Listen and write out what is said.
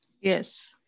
Yes